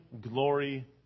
glory